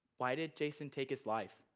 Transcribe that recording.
why did jason take his life?